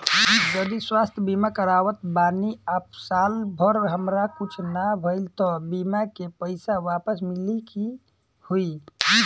जदि स्वास्थ्य बीमा करावत बानी आ साल भर हमरा कुछ ना भइल त बीमा के पईसा वापस मिली की का होई?